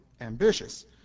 ambitious